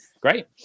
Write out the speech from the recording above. Great